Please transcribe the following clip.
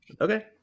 Okay